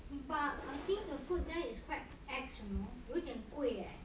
but I think the food there is quite expensive you know 有一点贵 eh